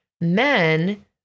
men